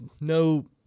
No